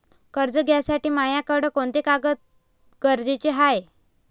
कर्ज घ्यासाठी मायाकडं कोंते कागद गरजेचे हाय?